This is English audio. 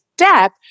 step